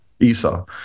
Esau